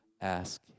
ask